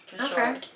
Okay